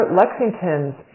Lexington's